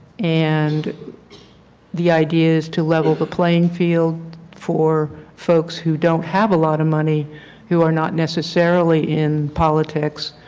and the idea is to level the playing field for folks who don't have a lot of money who are not necessarily in politics